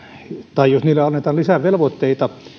tai että jos niille annetaan lisää velvoitteita